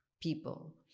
people